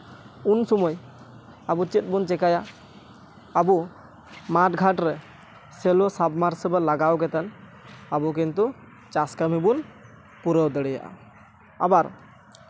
ᱩᱱ ᱥᱚᱢᱚᱭ ᱟᱵᱚ ᱪᱮᱫ ᱵᱚᱱ ᱪᱮᱠᱟᱭᱟ ᱟᱵᱚ ᱢᱟᱴᱷ ᱜᱷᱟᱴᱨᱮ ᱥᱮᱞᱚ ᱥᱟᱵᱽᱼᱢᱟᱨᱥᱤᱵᱮᱞ ᱞᱟᱜᱟᱣ ᱠᱟᱛᱮᱫ ᱟᱵᱚ ᱠᱤᱱᱛᱩ ᱪᱟᱥ ᱠᱟᱹᱢᱤ ᱵᱚᱱ ᱯᱩᱨᱟᱹᱣ ᱫᱟᱲᱮᱭᱟᱜᱼᱟ ᱟᱵᱟᱨ